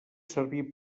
servir